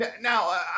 Now